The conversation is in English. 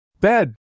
Bed